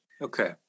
Okay